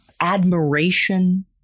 Admiration